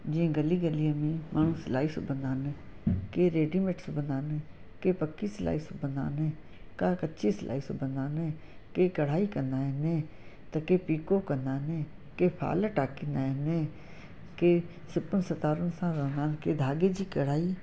जीअं गली गलीअ में माण्हू सिलाई सिबंदा आहिनि के रेडीमेड सिबंदा आहिनि के पक्की सिलाई सिबंदा आहिनि का कच्ची सिलाई सिबंदा आहिनि के कढ़ाई कंदा आहिनि त के पिको कंदा आहिनि के फाल टाकींदा आहिनि के सिप सतारूं सां रहंदा आहिनि के धागे जी कढ़ाई